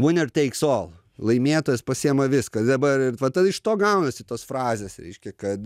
winner takes all laimėtojas pasiima viską dabar ir va tada iš to gaunasi tos frazės reiškia kad